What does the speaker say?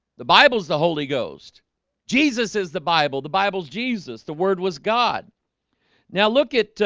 the bible is the holy ghost jesus is the bible. the bible is jesus the word was god now look at